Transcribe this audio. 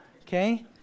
okay